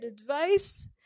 advice